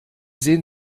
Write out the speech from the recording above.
sehen